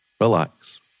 relax